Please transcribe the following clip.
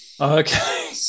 Okay